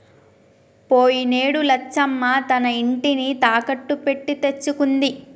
పోయినేడు లచ్చమ్మ తన ఇంటిని తాకట్టు పెట్టి తెచ్చుకుంది